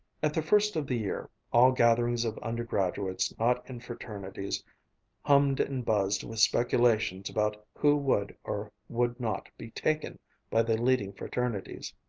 at the first of the year, all gatherings of undergraduates not in fraternities hummed and buzzed with speculations about who would or would not be taken by the leading fraternities.